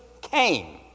came